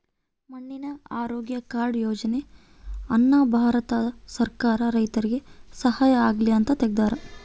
ಮಣ್ಣಿನ ಆರೋಗ್ಯ ಕಾರ್ಡ್ ಯೋಜನೆ ಅನ್ನ ಭಾರತ ಸರ್ಕಾರ ರೈತರಿಗೆ ಸಹಾಯ ಆಗ್ಲಿ ಅಂತ ತೆಗ್ದಾರ